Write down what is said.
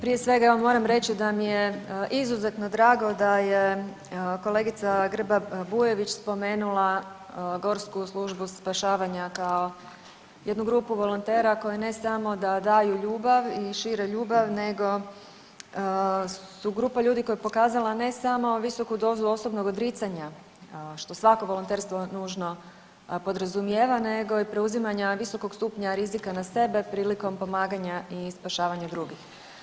Prije svega evo moram reći da mi je izuzetno drago da je kolegica Grba Bujević spomenula HGSS kao jednu grupu volontera koji ne samo da daju ljubav i šire ljubav nego su grupa ljudi koja je pokazala ne samo visoku dozu osobnog odricanja što svako volonterstvo nužno podrazumijeva nego i preuzimanja visokog stupanja rizika na sebe prilikom pomaganja i spašavanja drugih.